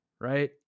right